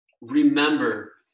remember